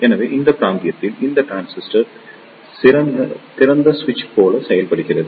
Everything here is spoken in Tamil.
எனவே இந்த பிராந்தியத்தில் இந்த டிரான்சிஸ்டர் திறந்த சுவிட்ச் போல செயல்படுகிறது